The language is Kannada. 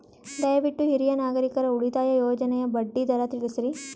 ದಯವಿಟ್ಟು ಹಿರಿಯ ನಾಗರಿಕರ ಉಳಿತಾಯ ಯೋಜನೆಯ ಬಡ್ಡಿ ದರ ತಿಳಸ್ರಿ